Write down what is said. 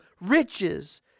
riches